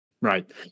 right